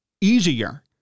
easier